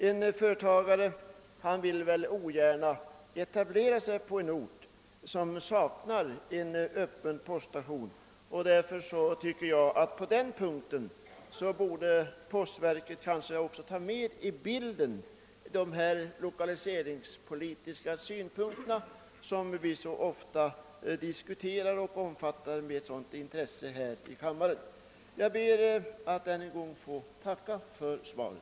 En företagare vill ogärna etablera sig på en ort som saknar en öppen poststation. Postverket borde nog härvidlag ta med i bilden bl.a. lokaliseringspolitiska synpunkter som vi omfattar med sådant intresse här i kammaren. Jag ber att än en gång få tacka försvaret.